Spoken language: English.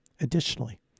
Additionally